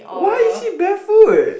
why is she barefoot